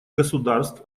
государств